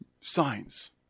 signs